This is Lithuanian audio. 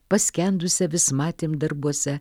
paskendusią vis matėm darbuose